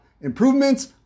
improvements